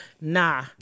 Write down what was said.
nah